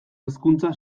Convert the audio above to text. hezkuntza